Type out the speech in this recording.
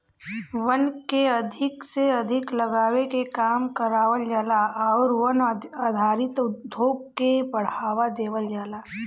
वन के अधिक से अधिक लगावे के काम करावल जाला आउर वन आधारित उद्योग के बढ़ावा देवल जाला